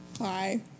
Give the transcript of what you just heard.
hi